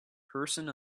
person